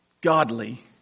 godly